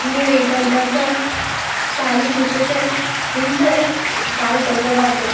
ನೀರೈತಿ ಅಂತಂತ ಸ್ ಖಾಲಿ ಪುಸೆಟೆ ನಿಂತು ಕಾಲ್ ತೊಳ್ಕೊಬಾರದು